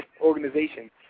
organization